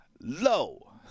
low